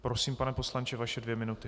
Prosím, pane poslanče, vaše dvě minuty.